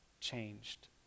changed